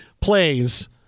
plays